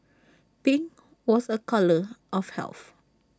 pink was A colour of health